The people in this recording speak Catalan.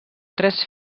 tres